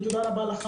תודה רבה.